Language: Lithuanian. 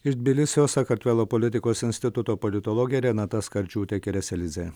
iš tbilisio sakartvelo politikos instituto politologė renata skardžiūtė kereselidzė